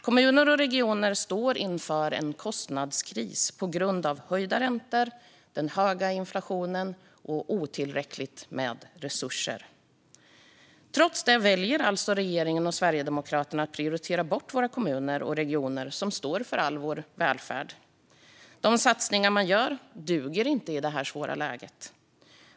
Kommuner och regioner står inför en kostnadskris på grund av höjda räntor, den höga inflationen och otillräckligt med resurser. Trots detta väljer alltså regeringen och Sverigedemokraterna att prioritera bort våra kommuner och regioner, som står för all vår välfärd. De satsningar man gör duger inte i det här svåra läget.